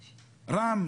רם,